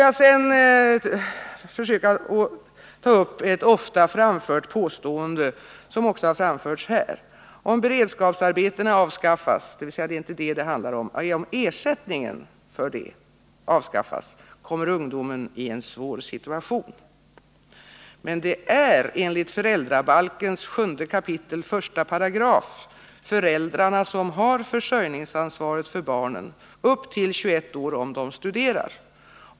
Låt mig sedan ta upp ett påstående som ofta görs och som också har framförts här: Om beredskapsarbetena och därmed ersättningen för dem avskaffas kommer ungdomen i en svår situation. Men enligt föräldrabalken 7 kap. 1 § är det föräldrarna som har försörjningsansvaret för barnen upp till 21 års ålder om de studerar.